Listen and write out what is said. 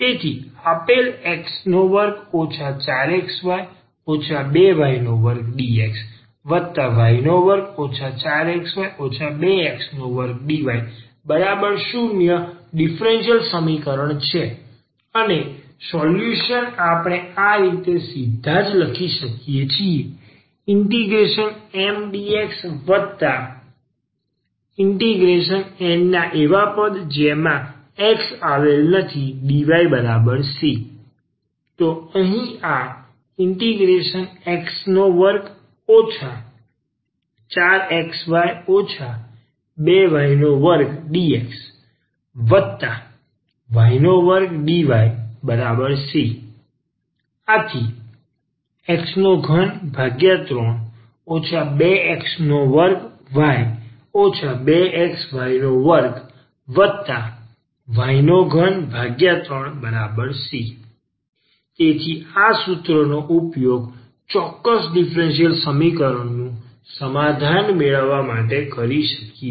તેથી આ આપેલ x2 4xy 2y2dxy2 4xy 2x2dy0 differential સમીકરણ છે અને સોલ્યુશન આપણે આ રીતે સીધા જ લખી શકીએ છીએ MdxN ના એવા પદ જેમાં x આવેલ નથીdyc તો અહીં આ x2 4xy 2y2dxy2dyc ⟹x33 2x2y 2xy2y33c તેથી આ સૂત્રનો ઉપયોગ ચોક્કસ ડીફરન્સીયલ સમીકરણ નું નિરાકરણ મેળવવા માટે કરી શકે છે